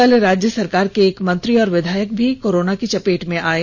कल राज्य सरकार के एक मंत्री और विधायक भी कोरोना की चपेट में आ गये